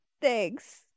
Thanks